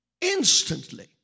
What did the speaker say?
instantly